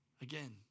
Again